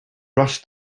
rush